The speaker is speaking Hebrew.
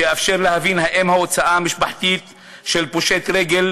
שיאפשר להבין אם ההוצאה המשפחתית של פושט רגל